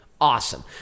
Awesome